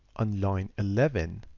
on line eleven,